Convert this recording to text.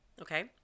okay